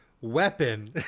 weapon